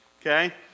Okay